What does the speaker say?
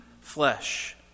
flesh